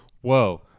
Whoa